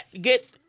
Get